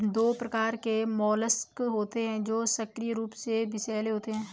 दो प्रकार के मोलस्क होते हैं जो सक्रिय रूप से विषैले होते हैं